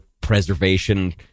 preservation